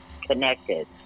connected